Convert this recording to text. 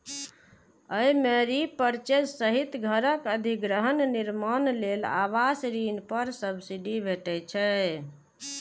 अय मे रीपरचेज सहित घरक अधिग्रहण, निर्माण लेल आवास ऋण पर सब्सिडी भेटै छै